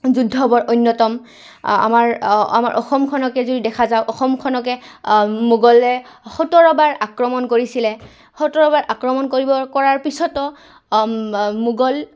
যুদ্ধ বৰ অন্যতম আমাৰ আমাৰ অসমখনকে যদি দেখা যাওঁ অসমখনকে মোগলে সোতৰবাৰ আক্ৰমণ কৰিছিলে সোতৰবাৰ আক্ৰমণ কৰিব কৰাৰ পিছতো মোগল